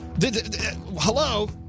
Hello